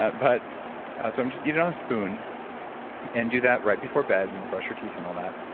ah but so just eat it on a spoon and do that right before bed and brush her teeth and all that,